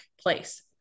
place